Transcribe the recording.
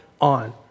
on